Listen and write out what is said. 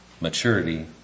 maturity